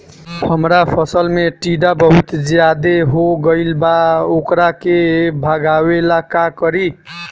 हमरा फसल में टिड्डा बहुत ज्यादा हो गइल बा वोकरा के भागावेला का करी?